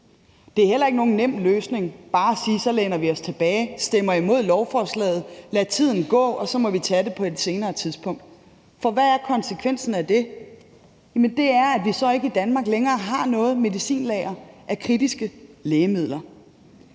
Det er heller ikke nogen nem løsning bare at sige, at så læner vi os tilbage, stemmer imod lovforslaget og lader tiden gå, og så må vi tage det på et senere tidspunkt. For hvad er konsekvensen af det? Jamen det er, at vi så i Danmark ikke længere har nogen medicinlagre af kritiske lægemidler.